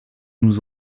nous